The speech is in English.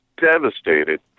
devastated